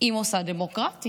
היא מוסד דמוקרטי.